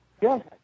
yes